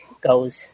goes